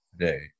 today